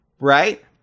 Right